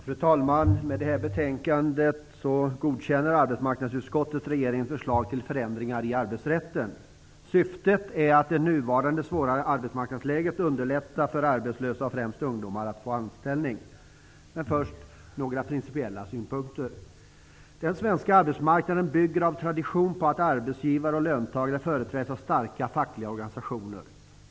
Fru talman! Med det här betänkandet godkänner arbetsmarknadsutskottet regeringens förslag till förändringar i arbetsrätten. Syftet är att i det nuvarande svåra arbetsmarknadsläget underlätta för arbetslösa, främst ungdomar, att få anställning. Först några principiella synpunkter. Den svenska arbetsmarknaden bygger av tradition på att arbetsgivare och löntagare företräds av starka fackliga organisationer.